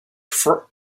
for